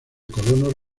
colonos